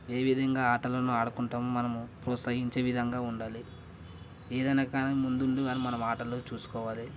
ఏ విధంగా ఆటలను ఆడుకుంటాము మనము ప్రోత్సహించే విధంగా ఉండాలి ఏదన్నా కానీ ముందుండి గానీ మనం ఆటల్లో చూసుకోవాలి